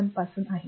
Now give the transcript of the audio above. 1 पासून आहे